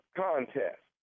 contest